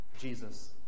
Jesus